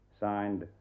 Signed